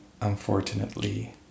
unfortunately